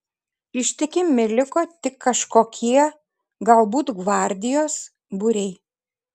ištikimi liko tik kažkokie galbūt gvardijos būriai